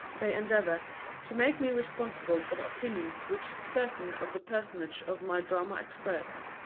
they endeavour to make me responsible for the opinions which certain of the personages of my drama express.